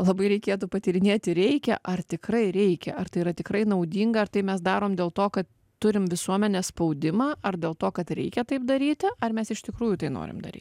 labai reikėtų patyrinėti reikia ar tikrai reikia ar tai yra tikrai naudinga ar tai mes darom dėl to kad turim visuomenės spaudimą ar dėl to kad reikia taip daryti ar mes iš tikrųjų tai norim daryt